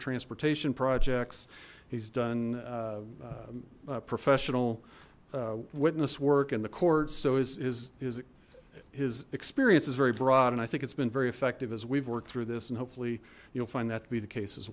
transportation projects he's done professional witness work and the courts so his his his experience is very broad and i think it's been very effective as we've worked through this and hopefully you'll find that to be the case as